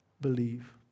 believe